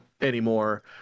anymore